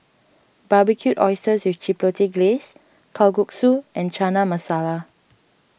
Barbecued Oysters with Chipotle Glaze Kalguksu and Chana Masala